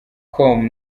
com